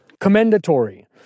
commendatory